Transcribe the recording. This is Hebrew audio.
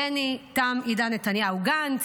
בני "תם עידן נתניהו" גנץ,